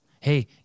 hey